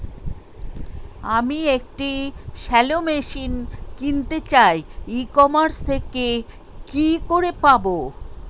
আমি একটি shallow machine কিনতে চাই ই কমার্স থেকে কি করে পাবো?